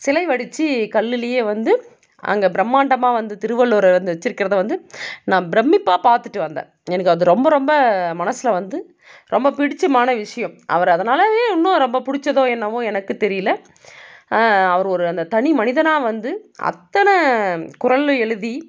சிலை வடிச்சு கல்லிலேயே வந்து அங்கே பிரம்மாண்டமாக வந்து திருவள்ளுவரை வச்சுருக்குறத வந்து நான் பிரமிப்பாக பார்த்துட்டு வந்தேன் எனக்கு அது ரொம்ப ரொம்ப மனசில் வந்து ரொம்ப பிடித்தமான விஷயம் அவரை அதனாலேயே இன்னும் ரொம்ப பிடிச்சதோ என்னவோ எனக்கு தெரியல அவர் ஒரு அந்த தனி மனிதனாக வந்து அத்தனை குறளில் எழுதி